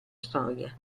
storia